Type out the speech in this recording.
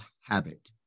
habit